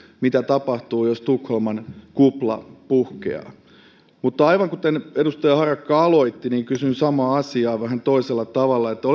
mitä tapahtuu jos tukholman kupla puhkeaa aivan kuten edustaja harakka aloitti niin kysyn samaa asiaa vähän toisella tavalla oletteko te